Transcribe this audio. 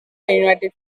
united